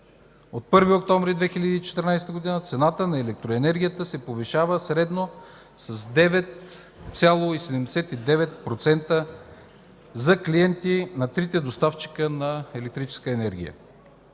от 1 октомври 2014 г., цената на електроенергията се повишава средно с 9,79% за клиенти на трите доставчика на електрическа енергия,